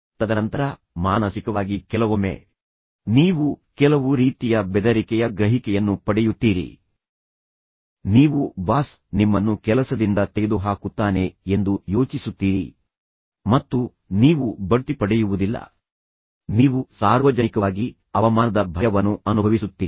ತದನಂತರ ಮಾನಸಿಕವಾಗಿ ಕೆಲವೊಮ್ಮೆ ನೀವು ಕೆಲವು ರೀತಿಯ ಬೆದರಿಕೆಯ ಗ್ರಹಿಕೆಯನ್ನು ಪಡೆಯುತ್ತೀರಿ ನೀವು ಬಾಸ್ ನಿಮ್ಮನ್ನು ಕೆಲಸದಿಂದ ತೆಗೆದುಹಾಕುತ್ತಾನೆ ಎಂದು ಯೋಚಿಸುತ್ತೀರಿ ನಿಮ್ಮನ್ನು ಗದರಿಸಲಾಗುತ್ತದೆ ಎಂದು ನೀವು ಭಾವಿಸುತ್ತೀರಿ ಮತ್ತು ನೀವು ಬಡ್ತಿ ಪಡೆಯುವುದಿಲ್ಲ ನೀವು ಸಾರ್ವಜನಿಕವಾಗಿ ಅವಮಾನದ ಭಯವನ್ನು ಅನುಭವಿಸುತ್ತೀರಿ